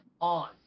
on